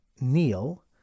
kneel